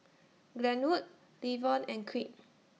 Glenwood Levon and Creed